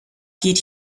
geht